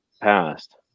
passed